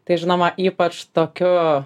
tai žinoma ypač tokiu